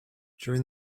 during